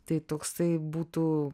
tai toksai būtų